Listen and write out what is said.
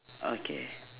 okay